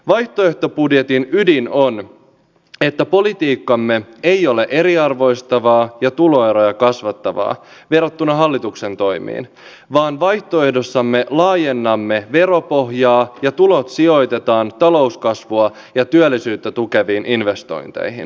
vaihtoehtobudjetin ydin on että politiikkamme ei ole eriarvoistavaa ja tuloeroja kasvattavaa verrattuna hallituksen toimiin vaan vaihtoehdossamme laajennamme veropohjaa ja tulot sijoitetaan talouskasvua ja työllisyyttä tukeviin investointeihin